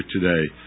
today